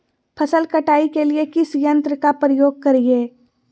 फसल कटाई के लिए किस यंत्र का प्रयोग करिये?